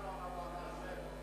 אף אחד לא אמר לו: אתה אשם.